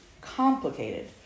complicated